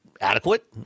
adequate